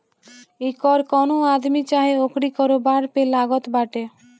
इ कर कवनो आदमी चाहे ओकरी कारोबार पे लागत बाटे